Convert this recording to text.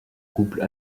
couple